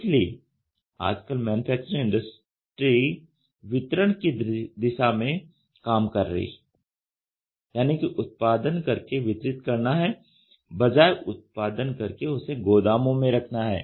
इसलिए आजकल manufacturing industry वितरण की दिशा में काम कर रही है यानी कि उत्पादन करके वितरित करना है बजाय उत्पादन करके उसे गोदामों में रखना है